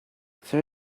fair